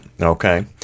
Okay